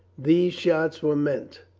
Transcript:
these shots were meant.